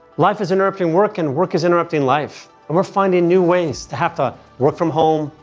life is interrupting work and work is interrupting life, and we're finding new ways to have to work from home,